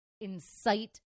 incite